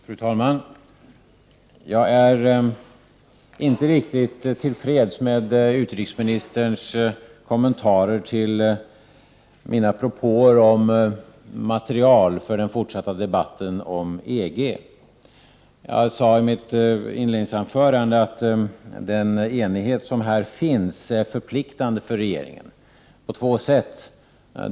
Fru talman! Jag är inte riktigt till freds med utrikesministerns kommentarer till mina propåer om material för den fortsatta debatten om EG. Jag sade i mitt inledningsanförande att den enighet som här finns är förpliktande för regeringen på två sätt.